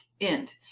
end